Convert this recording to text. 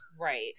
Right